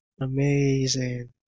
Amazing